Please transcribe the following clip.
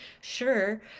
sure